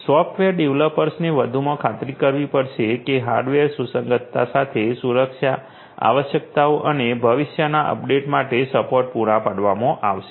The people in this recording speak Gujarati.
સોફ્ટવેર ડેવલપર્સને વધુમાં ખાતરી કરવી પડશે કે હાર્ડવેર સુસંગતતા સાથે સુરક્ષા આવશ્યકતાઓ અને ભવિષ્યના અપડેટ્સ માટે સપોર્ટ પૂરા પાડવામાં આવશે